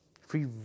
Free